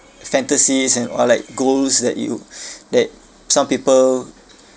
fantasies and or like goals that you that some people